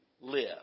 live